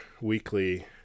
weekly